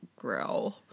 Growl